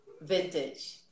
vintage